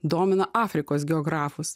domina afrikos geografus